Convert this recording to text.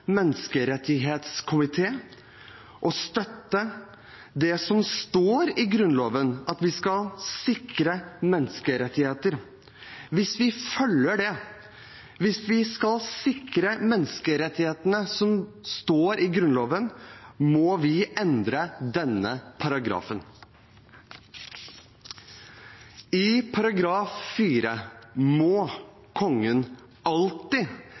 og støtte det som står i Grunnloven om at vi skal sikre menneskerettighetene. Hvis vi følger det – hvis vi skal sikre menneskerettighetene, slik det står i Grunnloven – må vi endre denne paragrafen. Ifølge § 4 må kongen alltid